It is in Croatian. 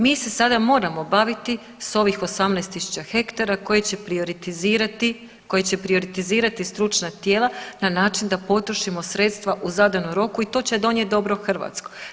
Mi se sada moramo baviti s ovih 18 tisuća hektara koje će prioritizirati, koje će prioritizirati stručna tijela na način da potrošimo sredstva u zadanom roku i to će donijeti dobro Hrvatskoj.